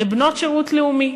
לבנות שירות לאומי.